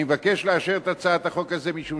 אני מבקש לאשר את הצעת החוק הזו משום